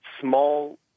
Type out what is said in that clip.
small